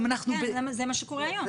זה מה שקורה היום.